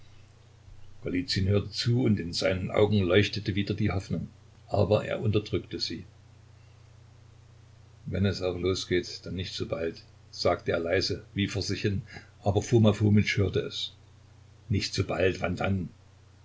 hörte zu und in seinen augen leuchtete wieder die hoffnung aber er unterdrückte sie wenn es auch losgeht dann nicht so bald sagte er leise wie vor sich hin aber foma fomitsch hörte es nicht so bald wann denn